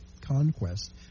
conquest